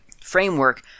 framework